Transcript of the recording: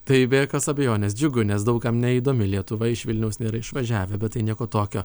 tai be jokios abejonės džiugu nes daug kam neįdomi lietuva iš vilniaus nėra išvažiavę bet tai nieko tokio